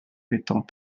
étant